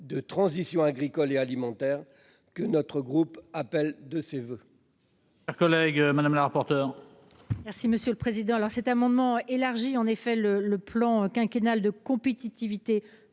de transition agricole et alimentaire que notre groupe appelle de ses voeux.